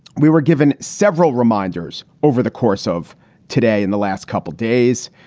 we were given several reminders over the course of today in the last couple of days.